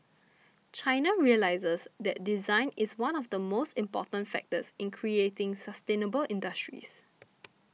China realises that design is one of the most important factors in creating sustainable industries